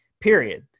period